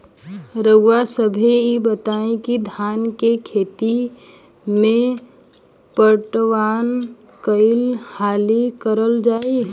रउवा सभे इ बताईं की धान के खेती में पटवान कई हाली करल जाई?